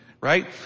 Right